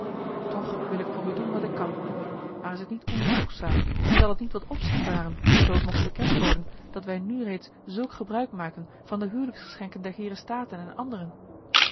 toch wil ik voor u doen wat ik kan maar is het niet onvoegzaam en zal het niet wat opzien baren zoo t mocht bekend worden dat wij nu reeds zulk gebruik maken van de hijliksgeschenken der heeren staten en anderen